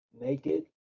naked